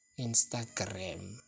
Instagram